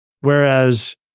Whereas